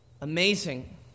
amazing